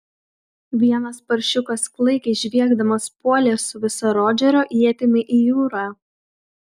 vienas paršiukas klaikiai žviegdamas puolė su visa rodžerio ietimi į jūrą